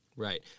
Right